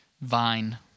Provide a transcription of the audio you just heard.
Vine